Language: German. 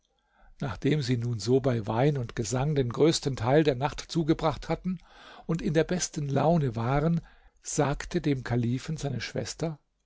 nachdem sie nun so bei wein und gesang den größten teil der nacht zugebracht hatten und in der besten laune waren sagte dem kalifen seine schwester